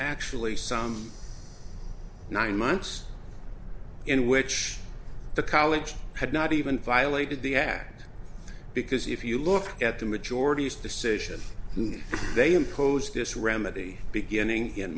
actually some nine months in which the college had not even violated the act because if you look at the majorities decision and they imposed this remedy beginning in